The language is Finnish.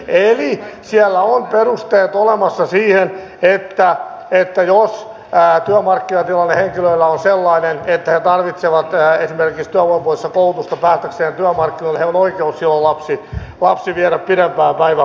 eli siellä on perusteet olemassa siihen että jos työmarkkinatilanne henkilöillä on sellainen että he tarvitsevat esimerkiksi työvoimapoliittista koulutusta päästäkseen työmarkkinoille heillä on oikeus silloin lapsi viedä pidempään päivähoitoon